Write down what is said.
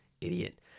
idiot